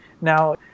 now